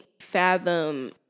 fathom